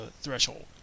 threshold